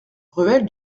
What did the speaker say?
ruelle